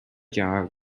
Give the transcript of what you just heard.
jar